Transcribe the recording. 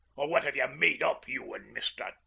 or what have ye made up? you and mr.